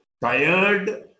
tired